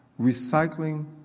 Recycling